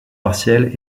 partiel